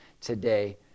today